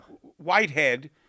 Whitehead